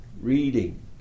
reading